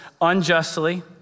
unjustly